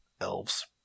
elves